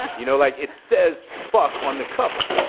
you know, like it says fuck on the cover.